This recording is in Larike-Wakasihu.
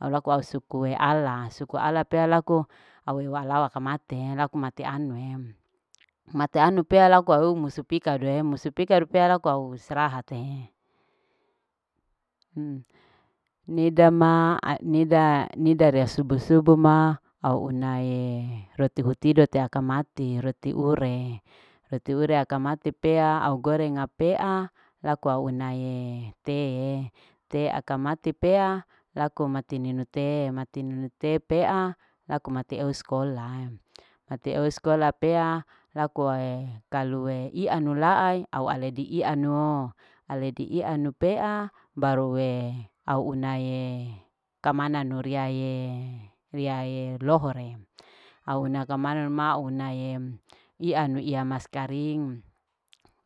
Au laku ala suku ala pea laku aule wala aku mate teanue. mate anue musipi kadue. musipi kadu pea laku au istirahat te nida maa. anida rea subu. subu ma au unae roti hutido te aka mati roti ureng. ratoure aka mati pea au goreng pea laku au unae tee. te aka mati pea laku mati ninu tee mati ninu tee pea laku mati ou skola mati ou sekolah pea laku ae ianue laae au ale diianuu ale diianu pea barue au unae kamana nuriaie ria ie. ria ie lohore au una kamanu ma une ianu ia masa karing